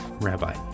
Rabbi